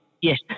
yes